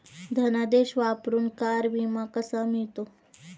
धनादेश वापरून कार विमा कसा मिळतो?